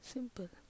Simple